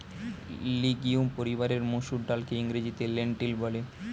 legume পরিবারের মুসুর ডালকে ইংরেজিতে লেন্টিল বলে